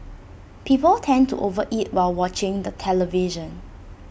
people tend to over eat while watching the television